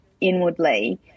inwardly